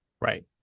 Right